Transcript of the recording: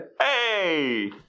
Hey